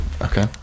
Okay